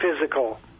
physical